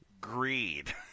greed